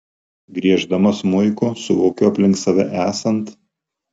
grieždama smuiku suvokiu aplink save esant